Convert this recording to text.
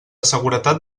seguretat